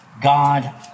God